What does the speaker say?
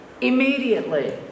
immediately